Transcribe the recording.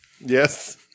Yes